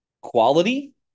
quality